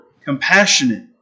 compassionate